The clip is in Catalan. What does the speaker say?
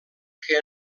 que